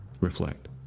reflect